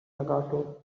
legato